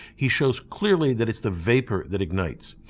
he shows clearly that it's the vapor that ignites.